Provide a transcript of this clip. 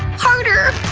harder!